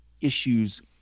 issues